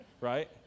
right